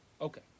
Okay